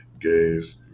gays